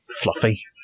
fluffy